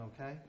Okay